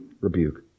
rebuke